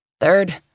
Third